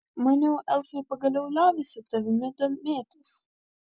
maniau elfai pagaliau liovėsi tavimi domėtis